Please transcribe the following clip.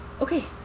Okay